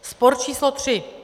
Spor číslo 3.